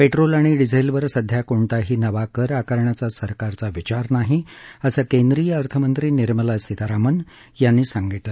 petrol आणि डिझेलवर सध्या कोणताही नवा कर आकारण्याचा सरकारचा विचार नाही असं केंद्रीय अर्थमंत्री निर्मला सीतारामन यांनी सांगितलं